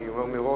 אני אומר מראש,